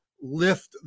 lift